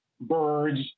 birds